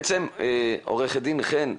בעצם עו"ד חן,